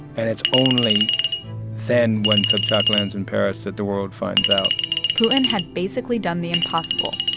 and it's only then when sobchak lands in paris that the world finds out putin had basically done the impossible,